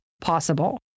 possible